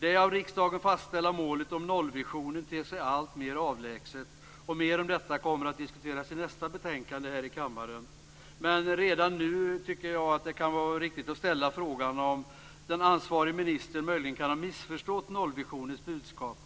Det av riksdagen fastställda målet en nollvision ter sig alltmer avlägset. Detta kommer att diskuteras mer i debatten om nästa betänkande här i kammaren, men redan nu kan frågan ställas om den ansvariga ministern möjligen kan ha missförstått nollvisionens innebörd: